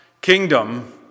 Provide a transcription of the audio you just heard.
kingdom